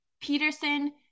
Peterson